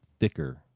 thicker